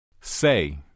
Say